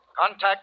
Contact